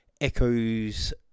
Echoes